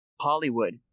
Hollywood